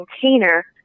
container